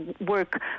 work